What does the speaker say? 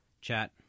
chat